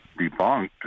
debunked